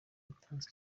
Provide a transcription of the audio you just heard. yatanze